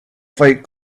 fight